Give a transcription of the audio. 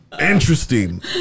interesting